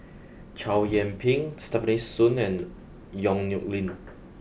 Chow Yian Ping Stefanie Sun and Yong Nyuk Lin